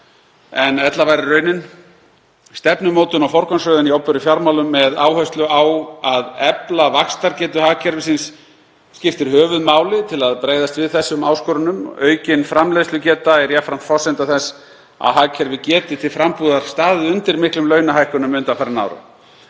en ella væri raunin. Stefnumótun og forgangsröðun í opinberum fjármálum með áherslu á að efla vaxtargetu hagkerfisins skiptir höfuðmáli til að bregðast við þessum áskorunum. Aukin framleiðslugeta er jafnframt forsenda þess að hagkerfið geti til frambúðar staðið undir miklum launahækkunum undanfarinna ára.